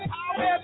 Power